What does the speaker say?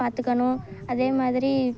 பார்த்துக்கணும் அதேமாதிரி